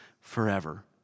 forever